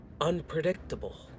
unpredictable